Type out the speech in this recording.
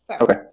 Okay